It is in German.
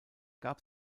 gab